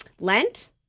Lent